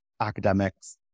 academics